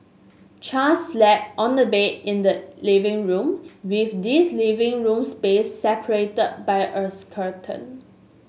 char slept on a bed in the living room with his living room space separated by a curtain